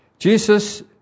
Jesus